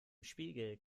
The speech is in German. spiegel